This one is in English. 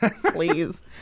Please